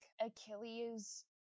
Achilles